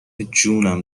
جونم